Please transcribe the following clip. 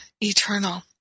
eternal